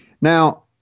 Now